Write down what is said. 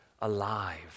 alive